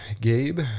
Gabe